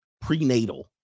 prenatal